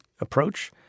approach